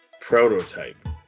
prototype